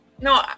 No